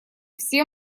все